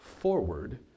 forward